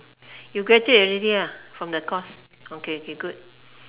you graduate already from the course okay okay good